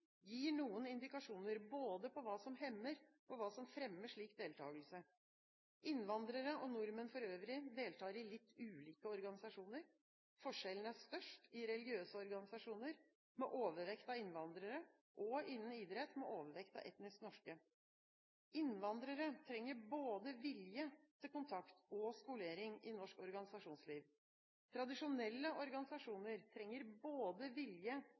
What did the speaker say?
gir noen indikasjoner på både hva som hemmer og hva som fremmer slik deltakelse. Innvandrere og nordmenn for øvrig deltar i litt ulike organisasjoner. Forskjellen er størst i religiøse organisasjoner, med overvekt av innvandrere, og innen idrett, med overvekt av etnisk norske. Innvandrere trenger både vilje til kontakt og skolering i norsk organisasjonsliv. Tradisjonelle organisasjoner trenger vilje til både